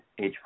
age